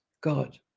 God